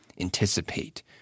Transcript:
anticipate